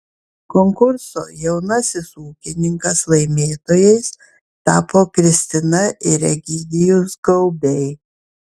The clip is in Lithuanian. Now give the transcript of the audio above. konkurso jaunasis ūkininkas laimėtojais tapo kristina ir egidijus gaubiai